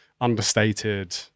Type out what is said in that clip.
understated